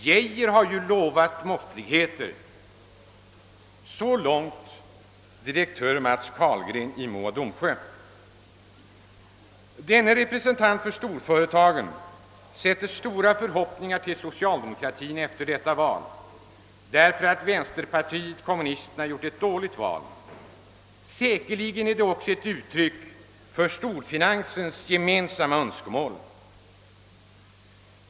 Geijer har lovat måttligheter.» Så långt direktör Matts Carlgren i Mo och Domsjö. Denne representant för storföretagen knyter stora förhoppningar till socialdemokratin efter detta val, därför att vänsterpartiet kommunisterna gjort ett dåligt val. Säkerligen är hans uttalande också ett uttryck för storfinansens gemensamma önskemål.